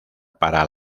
para